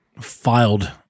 filed